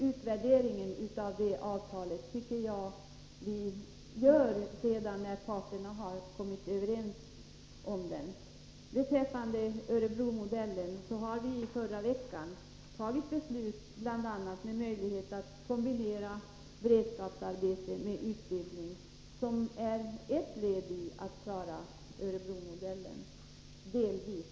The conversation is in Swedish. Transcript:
Utvärderingen av det avtalet tycker jag dock vi skall vänta med tills parterna kommit överens. Beträffande Örebromodellen har vi i förra veckan fattat beslut om bl.a. möjlighet att kombinera beredskapsarbete med utbildning. Det är ett led i strävandena att åtminstone delvis följa Örebromodellen.